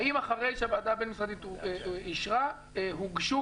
האם אחרי שהוועדה הבין-משרדית אישרה הוגשו